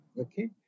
okay